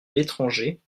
l’étranger